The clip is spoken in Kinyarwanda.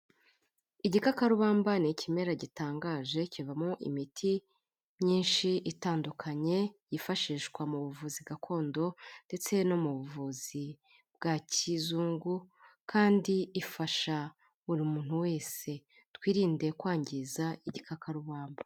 Igikakarubamba ni ikimera gitangaje kivamo imiti myinshi itandukanye, yifashishwa mu buvuzi gakondo ndetse no mu buvuzi bwa kizungu, kandi ifasha buri muntu wese. Twirinde kwangiza igikakarubamba.